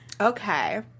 okay